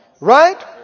right